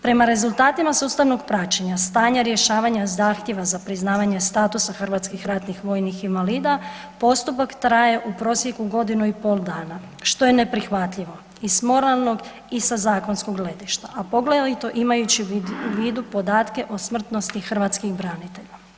Prema rezultatima sustavnog praćenja stanja rješavanja zahtjev za priznavanje statusa hrvatskih ratnih vojnih invalida, postupak traje u prosjeku godinu i pol dana što je neprihvatljivo iz moralnog i sa zakonskog gledišta a poglavito imajući u vidu podatke o smrtnosti hrvatskih branitelja.